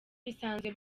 bisanzwe